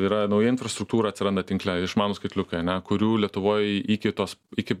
yra nauja infrastruktūra atsiranda tinkle išmanūs skaitliukai ane kurių lietuvoj iki tos iki